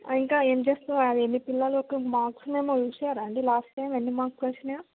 ఇంకా ఏమి చేసుకోవాలి మీ పిల్లల యొక్క మార్క్స్ మెమో చూసారా అండి లాస్ట్ టైమ్ ఎన్ని మార్క్స్ వచ్చినాయో